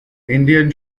indian